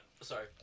Sorry